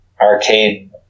arcade